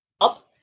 up